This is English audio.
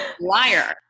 liar